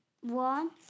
One